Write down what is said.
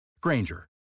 Granger